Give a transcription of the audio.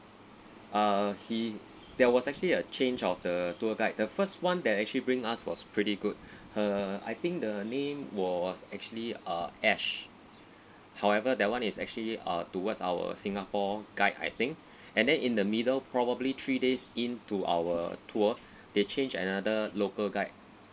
uh he there was actually a change of the tour guide the first one that actually bring us was pretty good her I think the name was actually uh ash however that [one] is actually uh towards our singapore guide I think and then in the middle probably three days into our tour they change another local guide